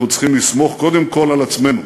אנחנו צריכים לסמוך קודם כול על עצמנו.